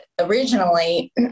originally